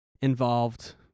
involved